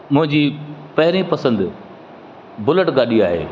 मुंहिंजी पहिरीं पसंदि बुलेट गाॾी आहे